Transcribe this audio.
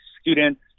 students